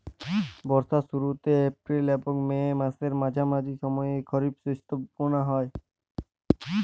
বর্ষার শুরুতে এপ্রিল এবং মে মাসের মাঝামাঝি সময়ে খরিপ শস্য বোনা হয়